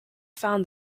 found